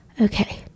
Okay